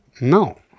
no